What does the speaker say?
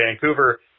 Vancouver